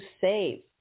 save